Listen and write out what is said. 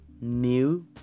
new